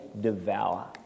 devour